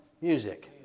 Music